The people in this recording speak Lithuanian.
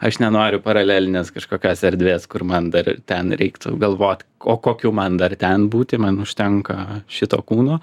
aš nenoriu paralelinės kažkokios erdvės kur man dar ten reiktų galvot o kokiu man dar ten būti man užtenka šito kūno